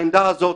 העמדה הזאת,